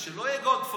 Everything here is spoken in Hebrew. שלא יהיה גולדפרב,